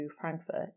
Frankfurt